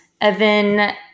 Evan